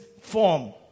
form